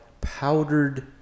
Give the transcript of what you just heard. powdered